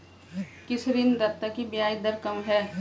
किस ऋणदाता की ब्याज दर कम है?